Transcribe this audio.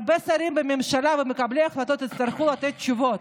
הרבה שרים בממשלה ומקבלי החלטות יצטרכו לתת תשובות.